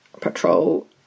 patrol